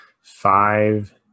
five